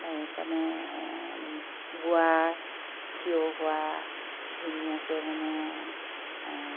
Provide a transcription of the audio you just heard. সেইকাৰণে গোৱা থিয় হোৱা ধুনীয়াকৈ মানে